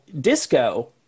disco